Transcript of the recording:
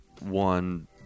One